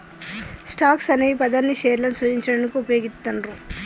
stocks అనే పదాన్ని షేర్లను సూచించడానికి వుపయోగిత్తండ్రు